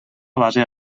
base